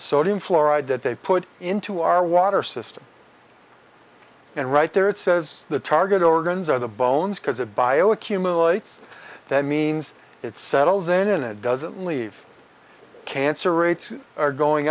sodium fluoride that they put into our water system and right there it says the target organs are the bones because of bio accumulates that means it settles in it doesn't leave cancer rates are going